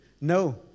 No